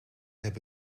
heb